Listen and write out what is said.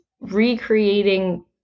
recreating